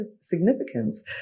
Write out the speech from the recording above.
significance